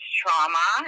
trauma